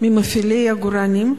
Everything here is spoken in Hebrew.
ממפעילי עגורנים,